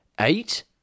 eight